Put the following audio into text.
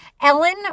Ellen